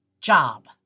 job